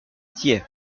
thiais